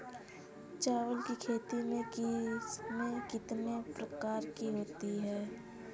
चावल की खेती की किस्में कितने प्रकार की होती हैं?